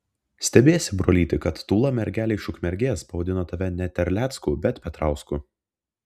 stebiesi brolyti kad tūla mergelė iš ukmergės pavadino tave ne terlecku bet petrausku